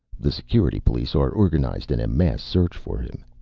the security police are organized in a mass search for him.